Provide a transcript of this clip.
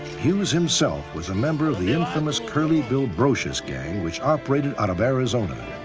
hughes himself was a member of the infamous curly bill brocius gang, which operated out of arizona.